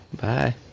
Bye